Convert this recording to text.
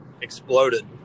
exploded